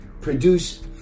produce